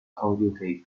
audio